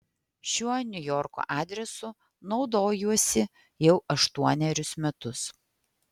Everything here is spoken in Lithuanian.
šiuo niujorko adresu naudojuosi jau aštuonerius metus